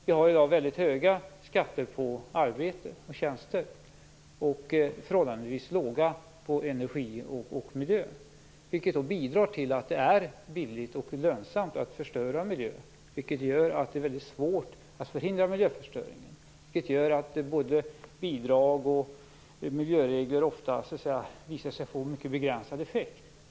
Vi har i dag väldigt höga skatter på arbete och tjänster och förhållandevis låga på energi och miljö, vilket bidrar till att det är billigt och lönsamt att förstöra miljö. Detta gör att det är svårt att förhindra miljöförstöringen, och bidrag och regler visar sig ofta få en mycket begränsad effekt.